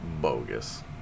bogus